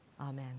Amen